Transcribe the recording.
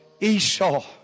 Esau